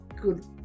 good